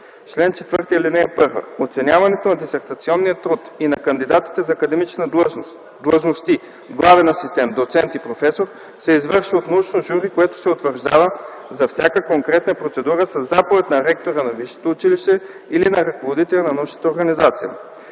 чл. 4: „Чл. 4. (1) Оценяването на дисертационен труд и на кандидатите за академични длъжности „главен асистент”, „доцент” и „професор” се извършва от научно жури, което се утвърждава за всяка конкретна процедура със заповед на ректора на висшето училище или на ръководителя на научната организация